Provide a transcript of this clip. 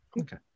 Okay